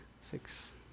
six